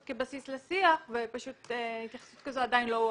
כבסיס לשיח והתייחסות כזו עדיין לא הועברה.